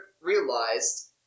realized